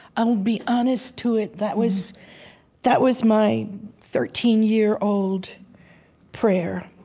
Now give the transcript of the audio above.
i will be honest to it. that was that was my thirteen year old prayer.